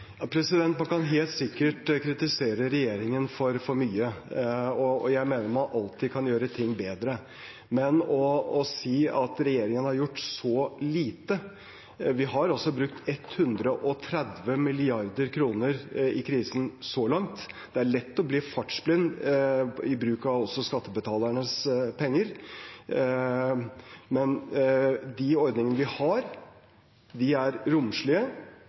Man kan helt sikkert kritisere regjeringen for mye, og jeg mener at man alltid kan gjøre ting bedre, men å si at regjeringen har gjort så lite – vi har altså brukt 130 mrd. kr så langt i krisen. Det er lett å bli fartsblind i bruken av skattebetalernes penger. De ordningene vi har, er romslige, de er